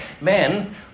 men